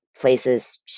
places